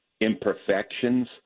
imperfections